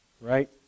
right